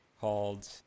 called